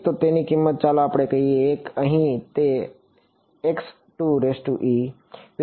તો તેની કિંમત ચાલો આપણે કહીએ કે 1 અહીં અને અહીં